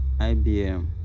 IBM